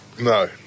no